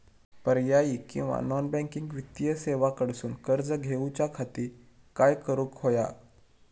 पर्यायी किंवा non banking वित्तीय सेवा कडसून कर्ज घेऊच्या खाती काय करुक होया?